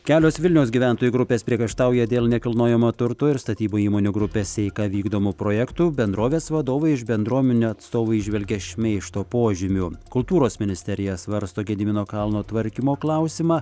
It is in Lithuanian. kelios vilniaus gyventojų grupės priekaištauja dėl nekilnojamo turto ir statybų įmonių grupės eika vykdomų projektų bendrovės vadovai iš bendruomenių atstovai įžvelgia šmeižto požymių kultūros ministerija svarsto gedimino kalno tvarkymo klausimą